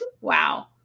Wow